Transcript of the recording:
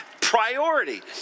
Priority